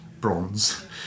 bronze